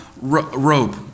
rope